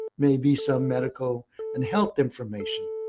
maybe some medical and health information.